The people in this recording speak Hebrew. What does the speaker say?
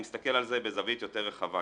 אני מסתכל על זה בזווית יותר רחבה,